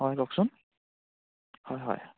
হয় কওকচোন হয় হয়